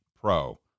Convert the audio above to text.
pro